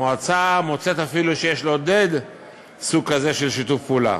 המועצה מוצאת אפילו שיש לעודד סוג כזה של שיתוף פעולה.